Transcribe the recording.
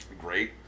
great